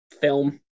film